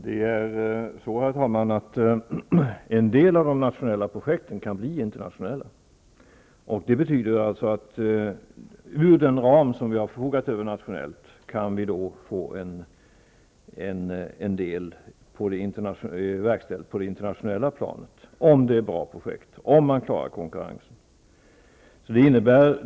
Herr talman! En del av de nationella projekten kan bli internationella. Det betyder att vi ur den ram som vi förfogar över nationellt kan få en del verkställt på det internationella planet om det är bra projekt och om man klarar konkurrensen.